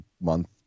month